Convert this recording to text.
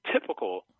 typical